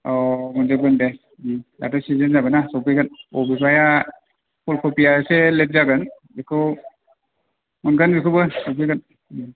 औ मोनजोबगोन दे दाथ' सिजेन जाबायना सफैगोन अबेबाया फुलखफिया इसे लेथ जागोन बेखौ मोनगोन बेखौबो सफैगोन